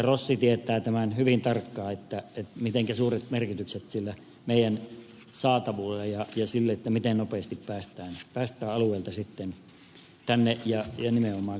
rossi tietää hyvin tarkkaan mitenkä suuret merkitykset on saavutettavuudella ja sillä miten nopeasti päästään alueelta tänne ja nimenomaan käymään työssä